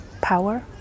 power